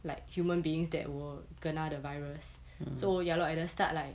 like human beings that will kena the virus so ya lor at start like